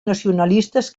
nacionalistes